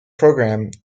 programme